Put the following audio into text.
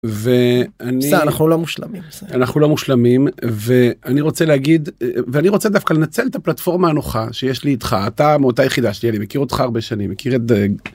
ואנחנו לא מושלמים אנחנו לא מושלמים ואני רוצה להגיד ואני רוצה דווקא לנצל את הפלטפורמה הנוחה שיש לי איתך אתה מאותה יחידה שלי אני מכיר אותך הרבה שנים.